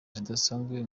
zidasanzwe